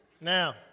Now